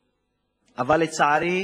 החרדי,